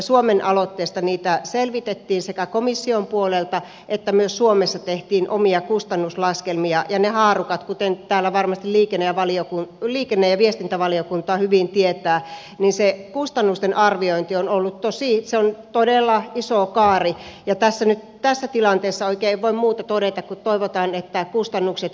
suomen aloitteesta niitä sekä selvitettiin komission puolelta että myös suomessa tehtiin omia kustannuslaskelmia ja ne haarukat kuten täällä varmasti liikenne ja viestintävaliokunta hyvin tietää sen kustannusten arvioinnin ovat todella iso kaari ja tässä tilanteessa oikein ei voi muuta todeta kuin että toivotaan että kustannukset olisi arvioitu yläkanttiin